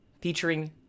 featuring